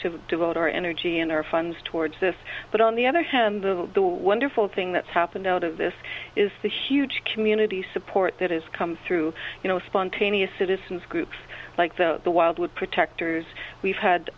to devote our energy and our funds towards this but on the other hand the wonderful thing that's happened out of this is the huge community support that has come through you know spontaneous citizens groups like the the wildwood protectors we've had